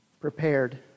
prepared